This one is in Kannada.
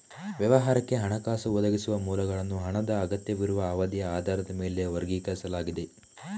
ವ್ಯವಹಾರಕ್ಕೆ ಹಣಕಾಸು ಒದಗಿಸುವ ಮೂಲಗಳನ್ನು ಹಣದ ಅಗತ್ಯವಿರುವ ಅವಧಿಯ ಆಧಾರದ ಮೇಲೆ ವರ್ಗೀಕರಿಸಲಾಗಿದೆ